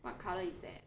what colour is that